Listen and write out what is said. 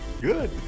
Good